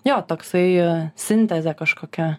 jo toksai sintezė kažkokia